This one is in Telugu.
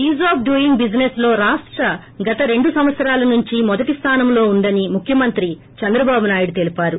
ఈజ్ ఆఫ్ డూయింగ్ బిజినెస్ లో రాష్టం గత రెండు సంవత్సరాల నుంచి మొదటి స్థానంలో ఉందని ముఖ్యమంత్రి చంద్రబాబు నాయుడు తెలిపారు